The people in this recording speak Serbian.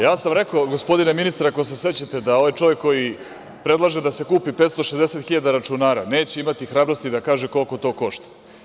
Ja sam rekao, gospodine ministre, ako se sećate, da ovaj čovek, koji predlaže da se kupi 560 hiljada računara, neće imati hrabrosti da kaže koliko to košta.